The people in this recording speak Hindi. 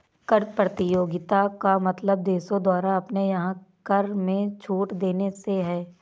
कर प्रतियोगिता का मतलब देशों द्वारा अपने यहाँ कर में छूट देने से है